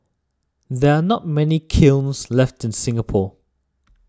there are not many kilns left in Singapore